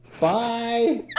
bye